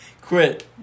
Quit